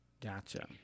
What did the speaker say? Gotcha